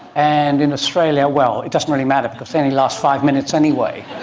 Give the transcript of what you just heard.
and in australia, well, it doesn't really matter because they only last five minutes anyway.